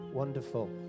Wonderful